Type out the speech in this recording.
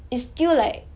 it's still like